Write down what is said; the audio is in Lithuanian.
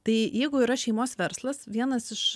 tai jeigu yra šeimos verslas vienas iš